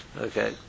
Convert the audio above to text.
Okay